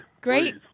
Great